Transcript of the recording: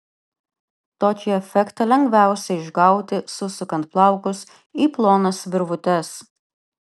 tokį efektą lengviausia išgauti susukant plaukus į plonas virvutes